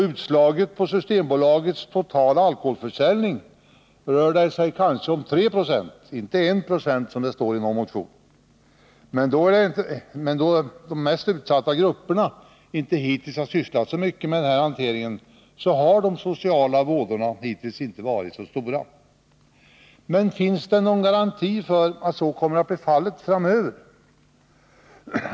Utslaget på Systembolagets totala alkoholförsäljning rör det sig kanske om 3 26, inte 1 76 som det står i någon motion. Då de mest utsatta grupperna inte hittills har sysslat så mycket med den hanteringen har de sociala vådorna dock ännu inte varit så stora. Men finns det någon garanti för att så kommer att bli fallet framöver?